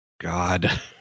God